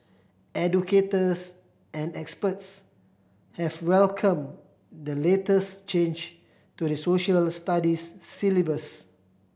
educators and experts have welcomed the latest change to the Social Studies syllabus